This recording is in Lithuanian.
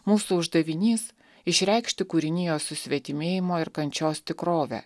mūsų uždavinys išreikšti kūrinijos susvetimėjimo ir kančios tikrovę